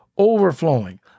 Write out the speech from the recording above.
overflowing